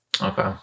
Okay